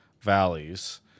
valleys